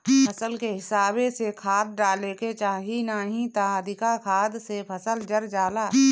फसल के हिसाबे से खाद डाले के चाही नाही त अधिका खाद से फसल जर जाला